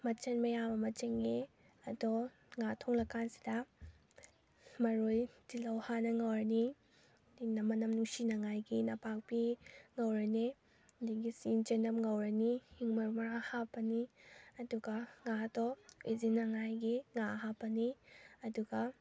ꯃꯆꯜ ꯃꯌꯥꯝ ꯑꯃ ꯆꯪꯉꯦ ꯑꯗꯣ ꯉꯥ ꯊꯣꯡꯂꯀꯥꯟꯁꯤꯗ ꯃꯔꯣꯏ ꯇꯤꯜꯍꯧ ꯍꯥꯟꯅ ꯉꯧꯔꯅꯤ ꯑꯗꯩ ꯃꯅꯝ ꯅꯨꯡꯁꯤꯅꯉꯥꯏꯒꯤ ꯅꯄꯥꯛꯄꯤ ꯉꯧꯔꯅꯤ ꯑꯗꯒꯤ ꯁꯤꯡ ꯆꯅꯝ ꯉꯧꯔꯅꯤ ꯍꯤꯡ ꯃꯔꯨ ꯃꯔꯥꯡ ꯍꯥꯞꯄꯅꯤ ꯑꯗꯨꯒ ꯉꯥꯗꯣ ꯎꯏꯁꯤꯟꯅꯤꯡꯉꯥꯏꯒꯤ ꯉꯥ ꯍꯥꯞꯄꯅꯤ ꯑꯗꯨꯒ